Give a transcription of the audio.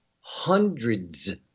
hundreds